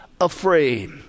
afraid